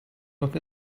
look